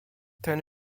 ten